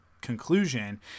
conclusion